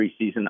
preseason